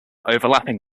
overlapping